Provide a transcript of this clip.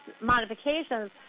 modifications